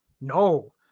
No